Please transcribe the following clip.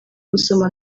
gusoma